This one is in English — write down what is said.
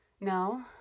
No